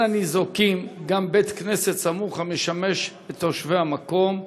ניזוק גם בית-כנסת סמוך המשמש את תושבי המקום,